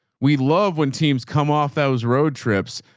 we love when teams come off, that was road trips.